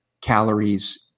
calories